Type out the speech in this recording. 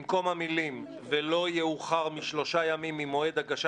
במקום המילים: "תישלח בסמוך להעברת הבקשה